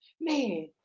man